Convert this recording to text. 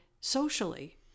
socially